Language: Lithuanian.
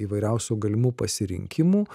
įvairiausių galimų pasirinkimų